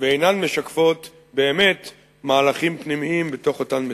ואינן משקפות באמת מהלכים בתוך אותן מדינות.